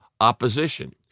opposition